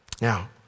Now